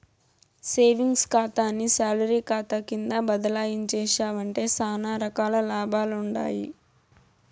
savings కాతాని salary కాతా కింద బదలాయించేశావంటే సానా రకాల లాభాలుండాయి